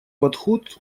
подход